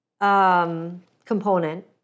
component